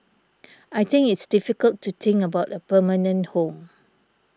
I think it's difficult to think about a permanent home